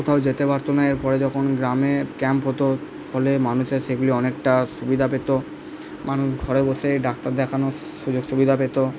কোথাও যেতে পারতো না পরে যখন গ্রামে ক্যাম্প হতো ফলে মানুষের সেগুলি অনেকটা সুবিধা পেতো মানুষ ঘরে বসেই ডাক্তার দেখানোর সুযোগ সুবিধা পেতো